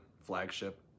flagship